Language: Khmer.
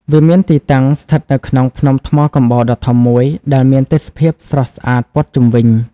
វាមានទីតាំងស្ថិតនៅក្នុងភ្នំថ្មកំបោរដ៏ធំមួយដែលមានទេសភាពស្រស់ស្អាតព័ទ្ធជុំវិញ។